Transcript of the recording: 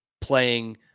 playing